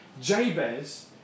Jabez